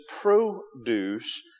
produce